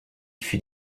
fut